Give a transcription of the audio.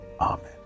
Amen